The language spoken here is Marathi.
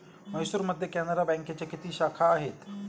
म्हैसूरमध्ये कॅनरा बँकेच्या किती शाखा आहेत?